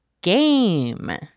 GAME